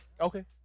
Okay